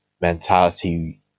mentality